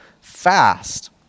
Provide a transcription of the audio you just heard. fast